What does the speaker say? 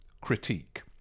critique